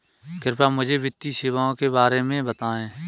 कृपया मुझे वित्तीय सेवाओं के बारे में बताएँ?